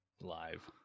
Live